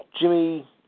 Jimmy